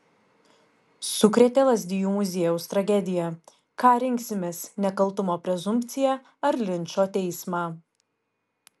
sukrėtė lazdijų muziejaus tragedija ką rinksimės nekaltumo prezumpciją ar linčo teismą